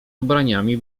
ubraniami